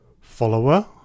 follower